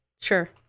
sure